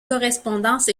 correspondance